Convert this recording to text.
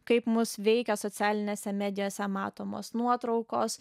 kaip mus veikia socialinėse medijose matomos nuotraukos